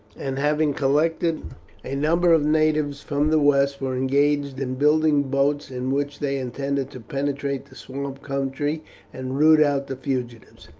and, having collected a number of natives from the west, were engaged in building boats in which they intended to penetrate the swamp country and root out the fugitives.